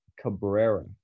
cabrera